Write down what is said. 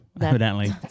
evidently